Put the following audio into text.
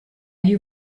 you